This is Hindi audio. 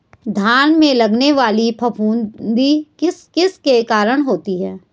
धान में लगने वाली फफूंदी किस किस के कारण होती है?